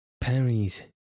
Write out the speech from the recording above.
Perry's